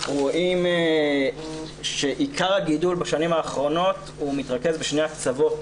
אנחנו רואים שעיקר הגידול בשנים האחרונות מתרכז בשני הקצוות.